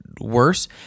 worse